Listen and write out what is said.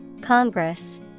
congress